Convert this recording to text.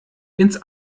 ins